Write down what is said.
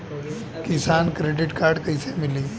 किसान credit card कइसे मिली?